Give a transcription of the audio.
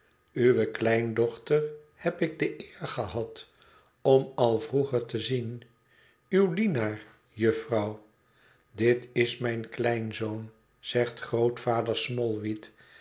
uwe kleindochter heb ik de eer gehad om al vroeger te zien uw dienaar jufvrouw dit is mijn kleinzoon zegt grootvader